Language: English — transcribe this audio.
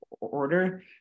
order